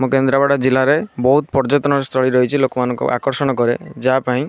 ମୁଁ କେନ୍ଦ୍ରାପଡ଼ା ଜିଲ୍ଲାରେ ବହୁତ ପର୍ଯ୍ୟଟନ ସ୍ଥଳୀ ରହିଛି ଲୋକମାନଙ୍କୁ ଆକର୍ଷଣ କରେ ଯାହାପାଇଁ